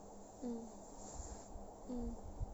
mm mm